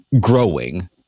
growing